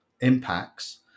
impacts